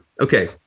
Okay